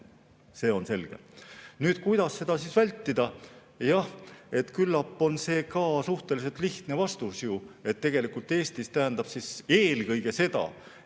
See on selge. Kuidas seda vältida? Jah, küllap on sellele ka suhteliselt lihtne vastus. Tegelikult Eestis tähendab see eelkõige seda,